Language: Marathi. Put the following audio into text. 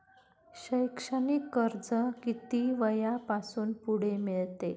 शैक्षणिक कर्ज किती वयापासून पुढे मिळते?